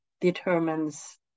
determines